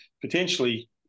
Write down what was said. potentially